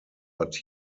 but